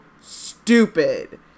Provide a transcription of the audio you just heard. stupid